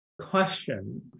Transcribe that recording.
question